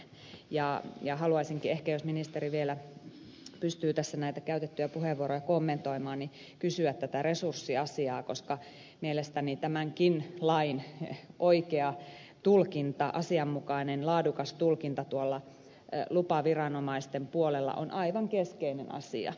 haluaisinkin ehkä jos ministeri vielä pystyy tässä näitä käytettyjä puheenvuoroja kommentoimaan kysyä tätä resurssiasiaa koska mielestäni tämänkin lain oikea tulkinta asianmukainen laadukas tulkinta lupaviranomaisten puolella on aivan keskeinen asia